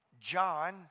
John